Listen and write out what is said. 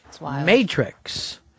Matrix